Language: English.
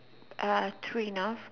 uh three enough